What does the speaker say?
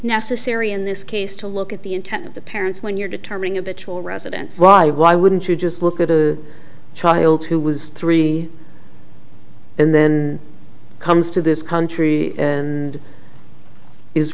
necessary in this case to look at the intent of the parents when you're determining a betrayal residents why why wouldn't you just look at a child who was three and then comes to this country and